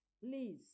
please